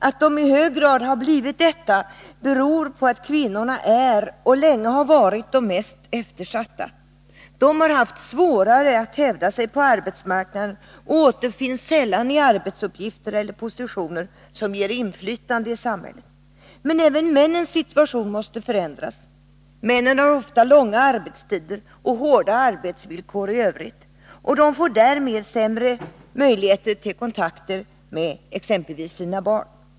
Att de i hög grad har blivit detta beror på att kvinnorna är och länge har varit de mest eftersatta. De har haft svårare att hävda sig på arbetsmarknaden och återfinns sällan i arbetsuppgifter eller positioner som ger inflytande i samhället. Men även männens situation måste förändras. Männen har ofta långa arbetstider och hårda arbetsvillkor i övrigt. De får därmed sämre möjligheter till kontakter med exempelvis sina barn.